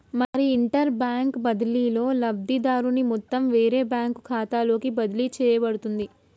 మరి inter bank బదిలీలో లబ్ధిదారుని మొత్తం వేరే బ్యాంకు ఖాతాలోకి బదిలీ చేయబడుతుంది